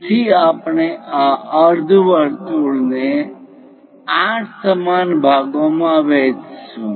તેથી આપણે આ અર્ધવર્તુળ ને 8 સમાન ભાગોમાં વહેંચીશું